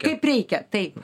kaip reikia taip